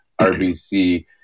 RBC